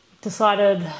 decided